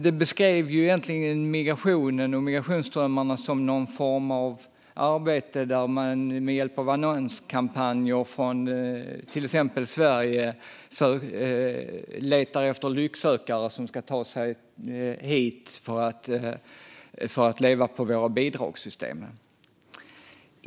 Det beskrev migrationen och migrationsströmmarna som att man med hjälp av annonskampanjer från Sverige letar efter lycksökare som ska ta sig hit för att leva på våra bidragssystem.